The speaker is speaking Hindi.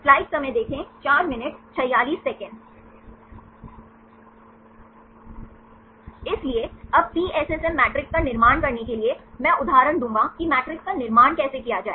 इसलिए अब पीएसएमएस मैट्रिक्स का निर्माण करने के लिए मैं उदाहरण दूंगा कि मैट्रिस का निर्माण कैसे किया जाए